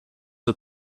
der